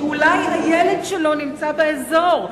כי אולי הילד שלו נמצא באזור.